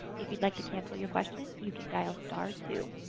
if you'd like to cancel your question, you can dial star two.